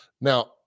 now